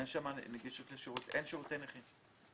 אין שירותי נכים.